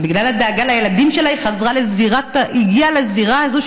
ובגלל הדאגה לילדים שלה היא הגיעה לזירה הזאת,